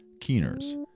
Keeners